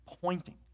pointing